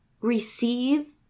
receive